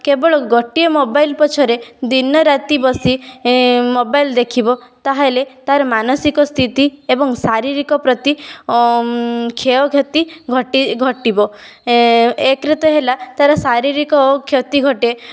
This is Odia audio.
କେବଳ ଗୋଟିଏ ମୋବାଇଲ ପଛରେ ଦିନରାତି ବସି ମୋବାଇଲ ଦେଖିବ ତାହେଲେ ତାର ମାନସିକ ସ୍ଥିତି ଏବଂ ଶାରୀରିକ ପ୍ରତି କ୍ଷୟକ୍ଷତି ଘଟି ଘଟିବ ଏକ ରେ ତ ହେଲା ତାର ଶାରୀରିକ କ୍ଷତି ଘଟେ